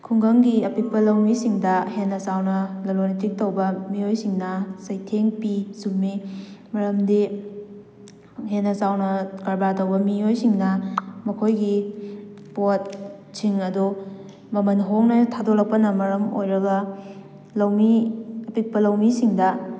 ꯈꯨꯡꯒꯪꯒꯤ ꯑꯄꯤꯛꯄ ꯂꯧꯃꯤꯁꯤꯡꯗ ꯍꯦꯟꯅ ꯆꯥꯎꯅ ꯂꯂꯣꯟ ꯏꯇꯤꯛ ꯇꯧꯕ ꯃꯤꯑꯣꯏꯁꯤꯡꯅ ꯆꯩꯊꯦꯡ ꯄꯤ ꯆꯨꯝꯃꯤ ꯃꯔꯝꯗꯤ ꯍꯦꯟꯅ ꯆꯥꯎꯅ ꯀꯔꯕꯥꯔ ꯇꯧꯕ ꯃꯤꯑꯣꯏꯁꯤꯡꯅ ꯃꯈꯣꯏꯒꯤ ꯄꯣꯠ ꯁꯤꯡ ꯑꯗꯨ ꯃꯃꯜ ꯍꯣꯡꯅ ꯊꯥꯗꯣꯔꯛꯄꯅ ꯃꯔꯝ ꯑꯣꯏꯔꯒ ꯂꯧꯃꯤ ꯑꯄꯤꯛꯄ ꯂꯧꯃꯤꯁꯤꯡꯗ